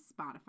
Spotify